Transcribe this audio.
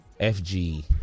FG